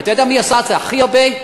ואתה יודע מי עשה את זה הכי הרבה?